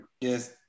Yes